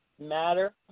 matter